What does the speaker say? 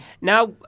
now